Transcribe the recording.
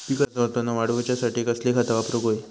पिकाचा उत्पन वाढवूच्यासाठी कसली खता वापरूक होई?